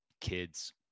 kids